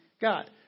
God